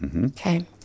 Okay